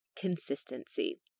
consistency